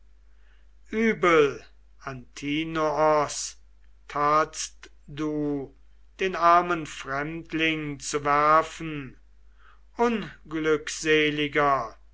übel antinoos tatst du den armen fremdling zu werfen unglückseliger